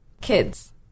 Kids